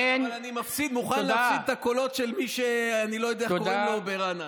אני מוכן להפסיד את הקולות של מי שאני לא יודע איך קוראים לו ברעננה.